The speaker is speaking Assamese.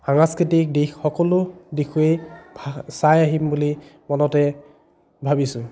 সাংস্কৃতিক দিশ সকলো দিশেই চাই আহিম বুলি মনতে ভাবিছোঁ